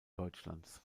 deutschlands